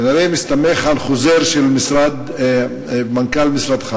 שכנראה מסתמך על חוזר של מנכ"ל משרדך